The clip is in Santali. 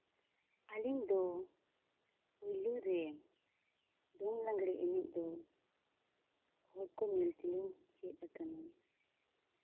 ᱟᱹᱞᱤᱧ ᱫᱚ ᱠᱩᱞᱦᱤ ᱨᱮ ᱫᱚᱝ ᱞᱟᱜᱽᱬᱮ ᱮᱱᱮᱡ ᱫᱚ ᱦᱚᱲᱠᱚ ᱧᱮᱞ ᱛᱮᱞᱤᱧ ᱪᱮᱫ ᱟᱠᱟᱱᱟ